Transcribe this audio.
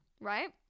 right